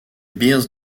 bears